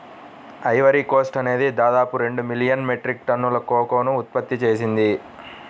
Ivory Coast అనేది దాదాపు రెండు మిలియన్ మెట్రిక్ టన్నుల కోకోను ఉత్పత్తి చేసింది